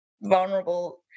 vulnerable